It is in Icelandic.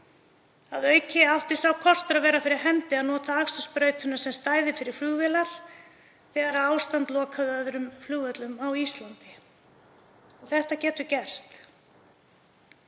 Að auki átti sá kostur að vera fyrir hendi að nota akstursbrautina sem stæði fyrir flugvélar þegar ástand lokaði öðrum flugvöllum á Íslandi. Það getur gerst.